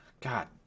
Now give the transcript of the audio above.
God